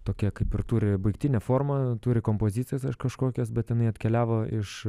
tokia kaip ir turi baigtinę formą turi kompozicijas aišku kažkokias būtinai atkeliavo iš